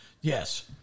Yes